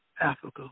Africa